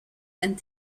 and